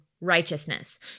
righteousness